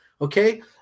okay